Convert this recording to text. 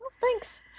thanks